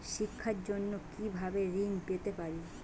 শিক্ষার জন্য কি ভাবে ঋণ পেতে পারি?